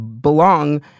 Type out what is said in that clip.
belong